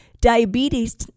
diabetes